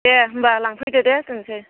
दे होनबा लांफैदो दे दोननोसै